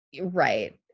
Right